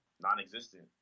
non-existent